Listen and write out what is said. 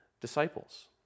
disciples